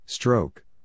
Stroke